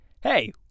Hey